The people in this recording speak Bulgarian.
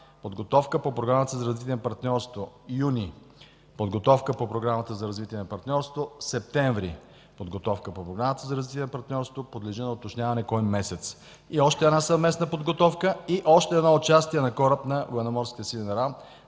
подготовка по Програмата за развитие на партньорство – юни, подготовка по Програмата за развитие на партньорство – септември, подготовка по Програмата за развитие на партньорство – подлежи на уточняване кой месец. И още една съвместна подготовка, и още едно участие на кораб на Военноморските сили на САЩ